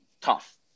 tough